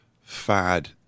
fad